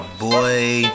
boy